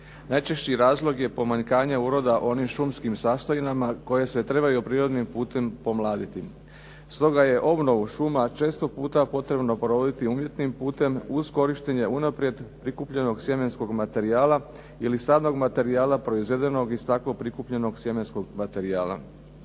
Najčešći razlog je pomanjkanje uroda u onim šumskim sastojinama koje se trebaju prirodnim putem pomladiti. Stoga je obnovu šuma često puta potrebno provoditi umjetnim putem uz korištenje unaprijed prikupljenog sjemenskog materijala ili sadnog materijala proizvedenog iz tako prikupljenog sjemenskog materijala.